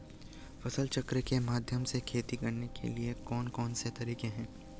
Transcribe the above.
फसल चक्र के माध्यम से खेती करने के लिए कौन कौन से तरीके हैं?